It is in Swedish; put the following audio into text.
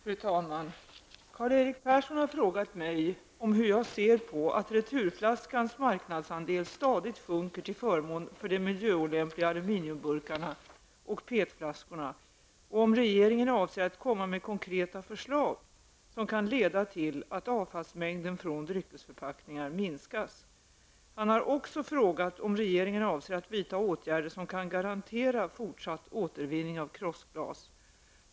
Fru talman! Karl-Erik Persson har frågat mig om hur jag ser på att returflaskans marknadsandel stadigt sjunker till förmån för de miljöolämpliga aluminiumburkarna och PET-flaskorna, och om regeringen avser att komma med konkreta förslag som kan leda till att avfallsmängden från dryckesförpackningar minskas. Han har också frågat om regeringen avser att vidta åtgärder som kan garantera fortsatt återvinning av krossglas.